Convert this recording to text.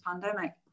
pandemic